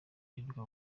uheruka